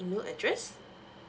email address